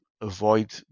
avoid